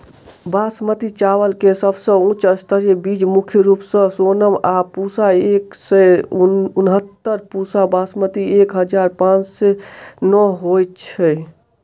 बासमती चावल केँ सबसँ उच्च स्तरीय बीज मुख्य रूप सँ सोनम आ पूसा एक सै उनहत्तर, पूसा बासमती एक हजार पांच सै नो होए छैथ?